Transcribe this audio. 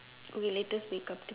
okay latest make-up tip